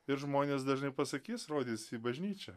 ir žmonės dažnai pasakys rodys į bažnyčią